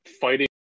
fighting